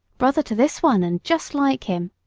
brother to this one, and just like him.